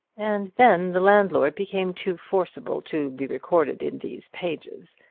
and then the landlord became too forcible to be recorded in these pages,